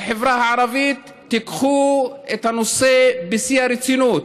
לחברה הערבית: תיקחו את הנושא בשיא הרצינות.